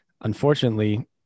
unfortunately